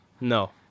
no